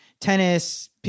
tennis